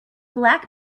black